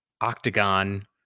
octagon